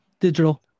Digital